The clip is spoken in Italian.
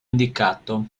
indicato